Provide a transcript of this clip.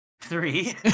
three